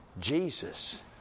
Jesus